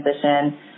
transition